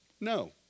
No